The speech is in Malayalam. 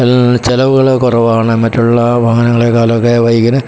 ചുലവുകൾ കുറവാണ് മറ്റുള്ള വാഹനങ്ങളെക്കാളുമൊക്കെ ബൈക്കിന്